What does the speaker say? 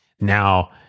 Now